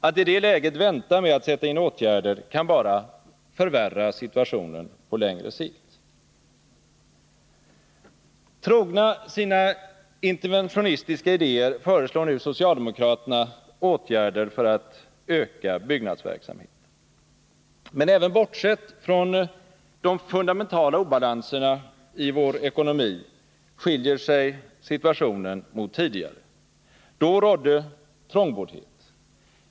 Atti det läget vänta med att sätta in åtgärder kan bara förvärra situationen på längre sikt. Trogna sina interventionistiska idéer föreslår nu socialdemokraterna åtgärder för att öka byggnadsverksamheten. Men även bortsett från de fundamentala obalanserna i vår ekonomi skiljer sig situationen mot tidigare. Då rådde trångboddhet.